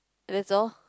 that's all